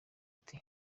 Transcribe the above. ati